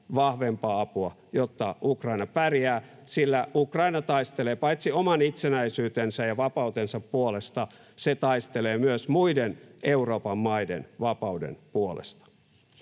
vahvempaa apua, jotta Ukraina pärjää, sillä Ukraina taistelee paitsi oman itsenäisyytensä ja vapautensa puolesta myös muiden Euroopan maiden vapauden puolesta.